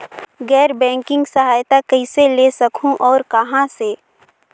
गैर बैंकिंग सहायता कइसे ले सकहुं और कहाँ से?